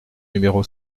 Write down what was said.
numéro